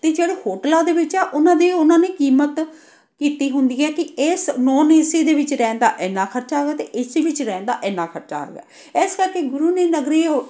ਅਤੇ ਜਿਹੜੇ ਹੋਟਲਾਂ ਦੇ ਵਿੱਚ ਆ ਉਹਨਾਂ ਦੇ ਉਹਨਾਂ ਨੇ ਕੀਮਤ ਕੀਤੀ ਹੁੰਦੀ ਹੈ ਕਿ ਇਸ ਨੋਨ ਏ ਸੀ ਦੇ ਵਿੱਚ ਰਹਿਣ ਦਾ ਇੰਨਾ ਖ਼ਰਚਾ ਵਾ ਅਤੇ ਏ ਸੀ ਵਿੱਚ ਰਹਿਣ ਦਾ ਇੰਨਾ ਖ਼ਰਚਾ ਆਵੇਗਾ ਇਸ ਕਰਕੇ ਗੁਰੂ ਦੀ ਨਗਰੀ